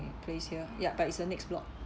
it place here ya but it's the next block